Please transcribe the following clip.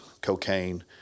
cocaine